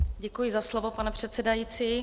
Děkuji za slovo, pane předsedající.